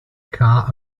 car